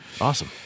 awesome